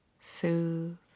soothe